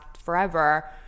forever